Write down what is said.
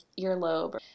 earlobe